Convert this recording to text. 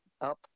up